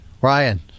Ryan